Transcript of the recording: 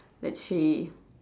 let's see